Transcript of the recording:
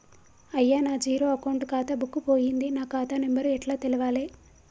అయ్యా నా zero account ఖాతా బుక్కు పోయింది నా ఖాతా నెంబరు ఎట్ల తెలవాలే?